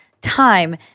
time